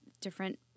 different